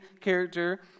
character